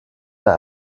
mehr